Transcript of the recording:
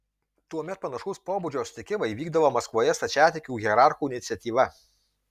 tuomet panašaus pobūdžio susitikimai vykdavo maskvoje stačiatikių hierarchų iniciatyva